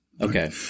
Okay